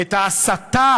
את ההסתה